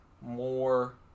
more